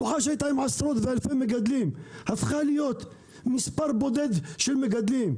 שלוחה שהיתה עם עשרות ואלפי מגדלים הפכה להיות מספר בודד של מגדלים.